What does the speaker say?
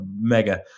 mega